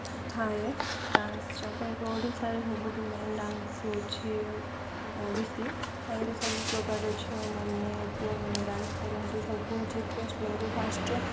ଥାଏ ଡାନ୍ସ ଯାକ ଏବେ ଓଡ଼ିଶାରେ ସବୁଠୁ ମେନ୍ ଡାନ୍ସ ହେଉଛିି ଓଡ଼ିଶୀ ତାହିଁରେ ସବୁ ପ୍ରକାରର ଝିଅମାନେ ପୁଅମାନେ ଡାନ୍ସ କରନ୍ତି ସବୁ ଚିଫ୍ ଗେଷ୍ଟ ମାନଙ୍କୁ ଫାର୍ଷ୍ଟରେ